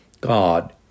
God